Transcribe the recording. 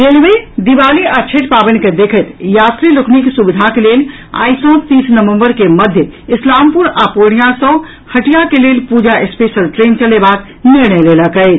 railway Diwali आ छठि पावनि के देखैत यात्री लोकनिक सुविधाक लेल आइ सँ तीस नवम्बर के मध्य इस्लामपुर आ पूर्णियां सँ हटिया के लेल पूजा स्पेशल ट्रेन चलयबाक निर्णय लेलक अछि